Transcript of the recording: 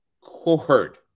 cord